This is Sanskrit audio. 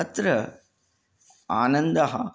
अत्र आनन्दः